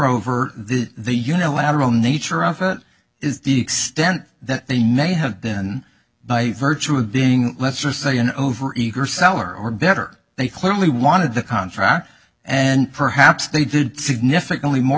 over the the unilateral nature of it is the extent that they now have been by virtue of being let's just say an overeager seller or better they clearly wanted the contract and perhaps they did significantly more